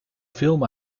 film